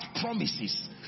promises